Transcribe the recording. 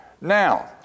Now